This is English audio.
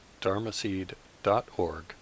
dharmaseed.org